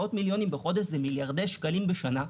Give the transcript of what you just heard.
מאות מיליונים בחודש זה מיליארדי שנים בשנה,